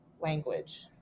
language